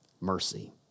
mercy